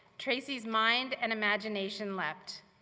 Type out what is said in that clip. tracy's mind and imagination leapt.